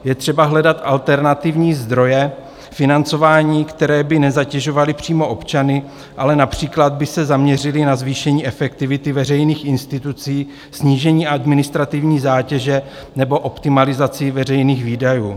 Je třeba hledat alternativní zdroje financování, které by nezatěžovaly přímo občany, ale například by se zaměřily na zvýšení efektivity veřejných institucí, snížení administrativní zátěže nebo optimalizaci veřejných výdajů.